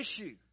issue